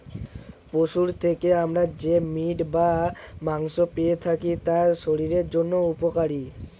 পশুর থেকে আমরা যে মিট বা মাংস পেয়ে থাকি তা শরীরের জন্য উপকারী